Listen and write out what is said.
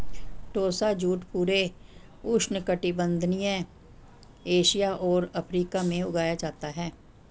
टोसा jute पूरे उष्णकटिबंधीय Asia और अफ्रीका में उगाया जाता है